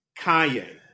Kanye